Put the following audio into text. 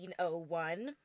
1901